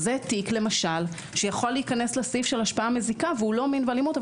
זה תיק למשל שיכול להיכנס לסעיף של השפעה מזיקה והוא לא מין ואלימות,